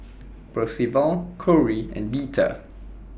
Percival Cori and Veta